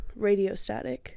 radiostatic